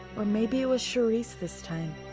or maybe it was charisse this time.